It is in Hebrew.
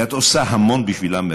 את עושה המון בשבילם,